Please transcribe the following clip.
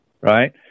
right